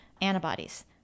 antibodies